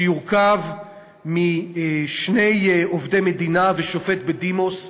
שיורכב משני עובדי מדינה ושופט בדימוס,